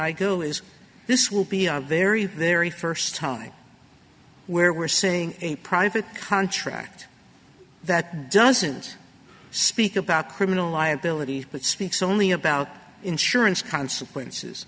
i go is this will be a very very first time where we're saying a private contract that doesn't speak about criminal liability but speaks only about insurance consequences